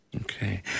Okay